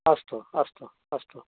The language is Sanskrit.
अस्तु अस्तु अस्तु